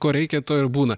ko reikia tuo ir būna